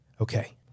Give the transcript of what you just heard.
okay